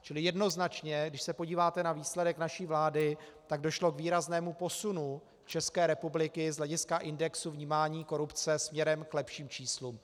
Čili jednoznačně když se podíváte na výsledek naší vlády, tak došlo k výraznému posunu České republiky z hlediska indexu vnímání korupce směrem k lepším číslům.